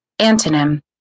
Antonym